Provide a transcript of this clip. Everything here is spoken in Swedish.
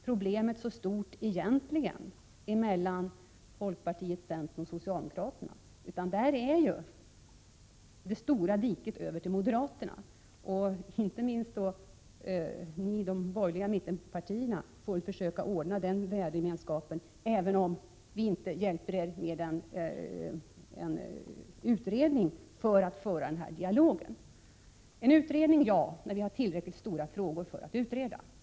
Problemet är inte så stort för folkpartiet, centern och socialdemokraterna, men det finns ett stort dike mellan dessa partier och moderaterna. Ni i de borgerliga mittenpartierna får väl försöka ordna den värdegemenskapen, även om vi inte hjälper er med att tillsätta en utredning för att föra denna dialog. Min ståndpunkt är att vi skall tillsätta en utredning när vi har tillräckligt stora frågor att utreda.